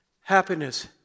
Happiness